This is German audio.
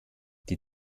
die